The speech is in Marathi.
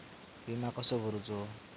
विमा कसो भरूचो?